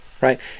right